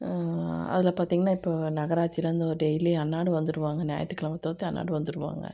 அதில் பார்த்தீங்கன்னா இப்போ நகராட்சியிலேருந்து ஒரு டெய்லி அன்னாடம் வந்துடுவாங்க ஞாயித்துக்கெழமை தவிர்த்து அன்னாடம் வந்துடுவாங்க